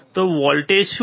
તો વોલ્ટેજ શું છે